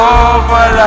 over